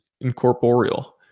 incorporeal